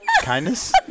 Kindness